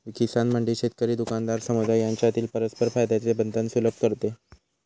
किसान मंडी शेतकरी, दुकानदार, समुदाय यांच्यातील परस्पर फायद्याचे बंधन सुलभ करते